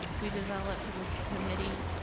we developed this committee.